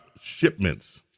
shipments